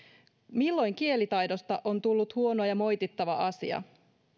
milloin kielitaidosta on tullut huono ja moitittava asia